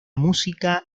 música